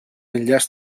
enllaç